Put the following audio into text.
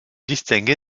distingue